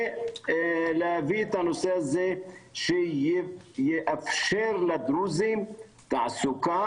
ולהביא את הנושא הזה שיאפשר לדרוזים תעסוקה